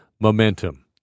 momentum